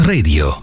Radio